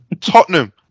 Tottenham